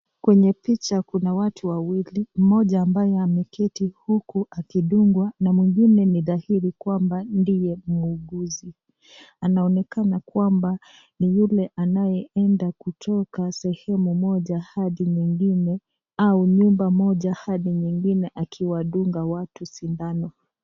Kwenye picha kuna watu wawili, mmoja ambaye ameketi huku akidungwa na mwingine nadahiri kwamba ndiye mwuguzi anaonekana kwamba ni yule anayeenda kutoka sehemu moja hadi nyingine au nyumba moja hadi nyingine akiwadunga watu sindano.